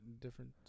different